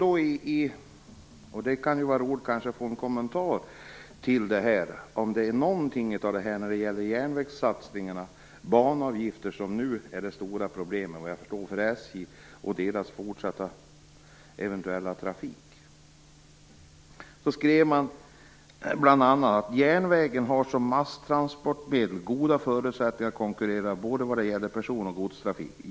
Det kunde vara roligt att få en kommentar till hur det blev med järnvägssatsningarna och banavgifterna, som nu vad jag förstår är det stora problemet för SJ och deras eventuella fortsatta trafik. Man skrev bl.a. i propositionen: "Järnvägen har som masstransportmedel goda förutsättningar att konkurrera både vad gäller person och godstrafik.